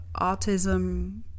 autism